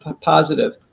positive